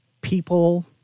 people